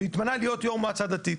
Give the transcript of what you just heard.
והתמנה להיות יו"ר מועצה דתית,